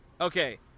Okay